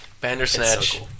Bandersnatch